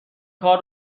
کار